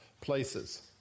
places